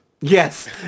Yes